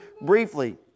briefly